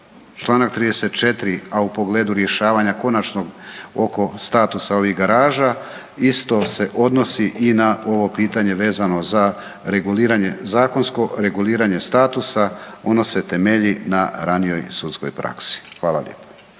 članak 34., a u pogledu rješavanja konačnog oko statusa ovih garaža isto se odnosi i na ovo pitanje vezano za reguliranje, zakonsko reguliranje statusa, ono se temelji na ranijoj sudskoj praski. Hvala lijep.